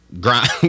grind